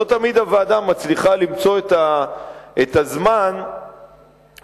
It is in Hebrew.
ולא תמיד הוועדה מצליחה למצוא את הזמן לעסוק